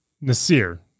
Nasir